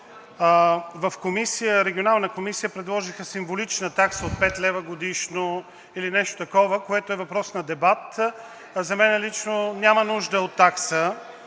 В Регионалната комисия предложиха символична такса от пет лева годишно или нещо такова, което е въпрос на дебат. За мен лично няма нужда от такса,